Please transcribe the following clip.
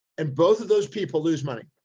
and both of those people lose money.